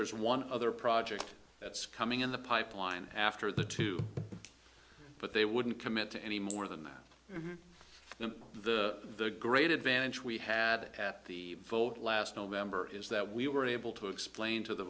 there is one other project that's coming in the pipeline after the two but they wouldn't commit to any more than that and the great advantage we had at the fold last november is that we were able to explain to the